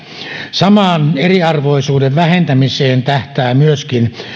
samaan eriarvoisuuden vähentämiseen tähtää myöskin